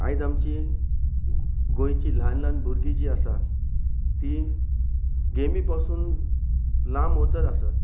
आयज आमची गोंयची ल्हान ल्हान भुरगीं जीं आसा ती गेमी पासून लांब वचत आसात